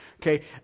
Okay